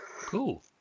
Cool